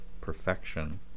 perfection